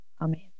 Amen